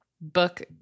book